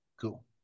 Cool